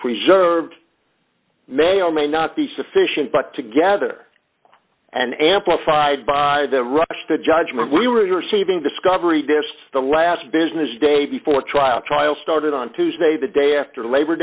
preserved may or may not be sufficient but together and amplified by the rush to judgment we were receiving discovery disks the last business day before trial trial started on tuesday the day after labor